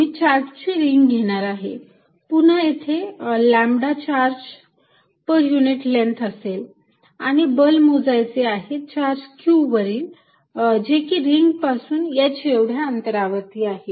मी चार्जची रिंग घेणार आहे पुन्हा येथे lambda charge per unit length असेल आणि बल मोजायचे आहे चार्ज q वरील जे की रिंग पासून h एवढ्या अंतरावर आहे